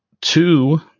two